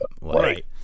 Right